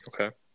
Okay